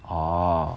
orh